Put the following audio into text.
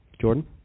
Jordan